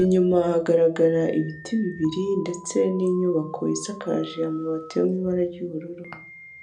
inyuma hagaragara ibiti bibiri ndetse n'inyubako isakaje amabati yo mu ibara ry'ubururu.